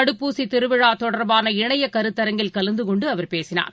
தடுப்பூசிதிருவிழாதொடர்பான இணையகருத்தரங்கில் கலந்துகொண்டுஅவர் பேசினார்